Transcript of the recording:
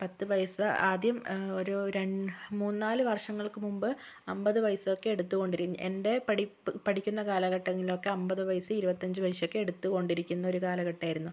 പത്ത് പൈസ ആദ്യം ഒരു രണ്ട് മൂന്ന് നാല് വർഷങ്ങൾക്ക് മുൻപ് അൻപത് പൈസ എടുത്തുകൊണ്ട് ഇരുന്നു എൻ്റെ പഠിപ് പഠിക്കുന്ന കല ഘട്ടത്തിലൊക്കെ അൻപത് പൈസ ഇരുപത്തി അഞ്ച് പൈസ എടുത്തുകൊണ്ട് ഇരിക്കുന്ന ഒരു കാലഘട്ടമായിരുന്നു